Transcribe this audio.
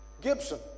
Gibson